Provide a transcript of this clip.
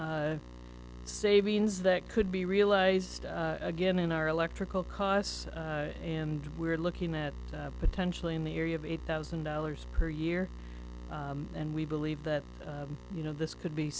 savings that could be realized again in our electrical costs and we're looking at potentially in the area of eight thousand dollars per year and we believe that you know this could be